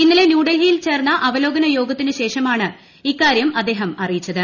ഇന്നലെ ന്യൂഡിൽഹിയിൽ ചേർന്ന അവലോകന യോഗത്തിന് ശേഷമാണ് ഇക്കാര്യം അറിയിച്ചത്